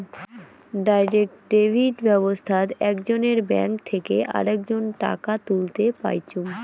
direct debit ব্যাবস্থাত একজনের bank থেকে আরেকজন টাকা তুলতে পাইচুঙ